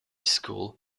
school